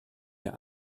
wir